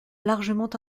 largement